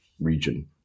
region